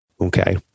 Okay